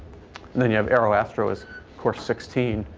then you have aeroastro as course sixteen,